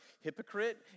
hypocrite